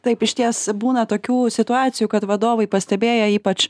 taip išties būna tokių situacijų kad vadovai pastebėję ypač